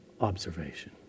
observation